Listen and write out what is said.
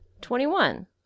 Twenty-one